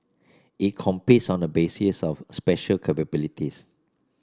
it competes on the basis of special capabilities